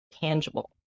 tangible